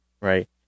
right